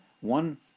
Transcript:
one